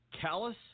callous